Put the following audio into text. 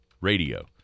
Radio